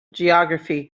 geography